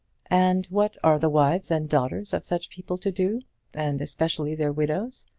and what are the wives and daughters of such people to do and especially their widows?